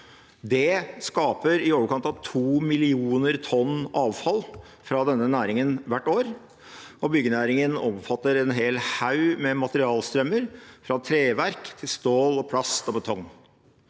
Det skaper i overkant av 2 millioner tonn avfall fra denne næringen hvert år, og byggenæringen omfatter en hel haug med materialstrømmer – fra treverk til stål, plast og betong.